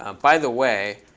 um by the way,